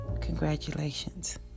Congratulations